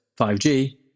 5G